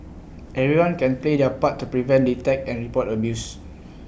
everyone can play their part to prevent detect and report abuse